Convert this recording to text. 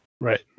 Right